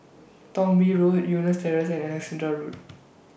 Thong Bee Road Eunos Terrace and Alexandra Road